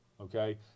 Okay